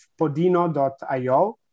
Podino.io